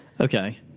Okay